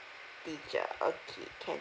teacher okay can